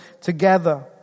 together